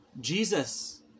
Jesus